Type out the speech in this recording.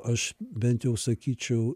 aš bent jau sakyčiau